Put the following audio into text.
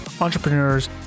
entrepreneurs